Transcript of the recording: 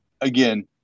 again